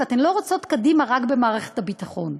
ואתן לא רצות קדימה רק במערכת הביטחון,